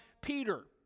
Peter